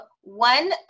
one